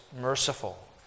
merciful